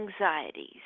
anxieties